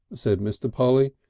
said mr. polly.